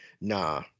nah